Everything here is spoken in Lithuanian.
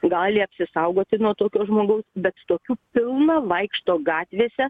gali apsisaugoti nuo tokio žmogaus bet tokių pilna vaikšto gatvėse